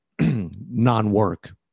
non-work